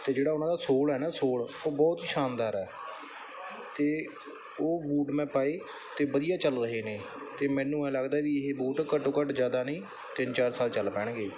ਅਤੇ ਜਿਹੜਾ ਉਹਨਾਂ ਦਾ ਸੋਲ ਹੈ ਨਾ ਸੋਲ ਉਹ ਬਹੁਤ ਸ਼ਾਨਦਾਰ ਹੈ ਅਤੇ ਉਹ ਬੂਟ ਮੈਂ ਪਾਏ ਅਤੇ ਵਧੀਆ ਚੱਲ ਰਹੇ ਨੇ ਅਤੇ ਮੈਨੂੰ ਐਂ ਲੱਗਦਾ ਵੀ ਇਹ ਬੂਟ ਘੱਟੋ ਘੱਟ ਜ਼ਿਆਦਾ ਨਹੀਂ ਤਿੰਨ ਚਾਰ ਸਾਲ ਚੱਲ ਪੈਣਗੇ